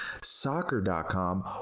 soccer.com